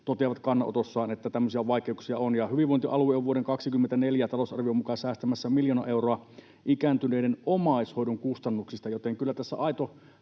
toteavat kannanotossaan, että tämmöisiä vaikeuksia on, ja hyvinvointialue on vuoden 24 talousarvion mukaan säästämässä miljoona euroa ikääntyneiden omaishoidon kustannuksista, joten kyllä tässä aito